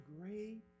great